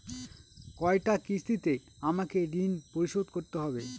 কয়টা কিস্তিতে আমাকে ঋণ পরিশোধ করতে হবে?